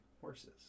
horses